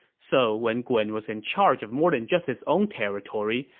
so when gun was in charge of more than just his own territory,